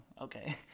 okay